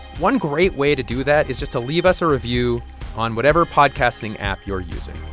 one great way to do that is just to leave us a review on whatever podcasting app you're using.